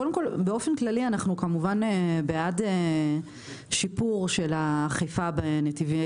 באפן כללי אנו כמובן בעד שיפור של האכיפה בנתיבי